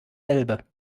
elbe